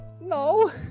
no